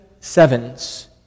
sevens